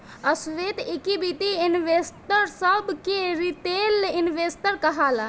sweat equity investor सभ के retail investor कहाला